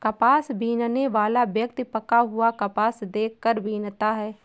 कपास बीनने वाला व्यक्ति पका हुआ कपास देख कर बीनता है